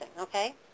okay